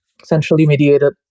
Centrally-mediated